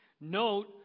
Note